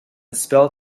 spell